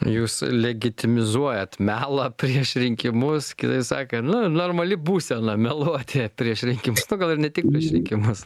jūs legitimizuojat melą prieš rinkimus kitaip sakant nu normali būsena meluoti prieš rinkimus nu gal ir ne tik prieš rinkimus